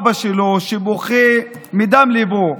אבא שלו בוכה מדם ליבו,